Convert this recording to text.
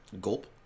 Gulp